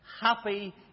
happy